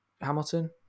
Hamilton